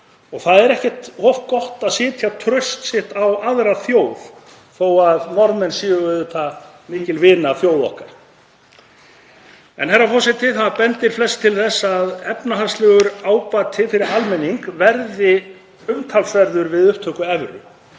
Það er ekkert of gott að setja traust sitt á aðra þjóð þó að Norðmenn séu auðvitað mikil vinaþjóð okkar. Herra forseti. Það bendir flest til þess að efnahagslegur ábati fyrir almenning verði umtalsverður við upptöku evru.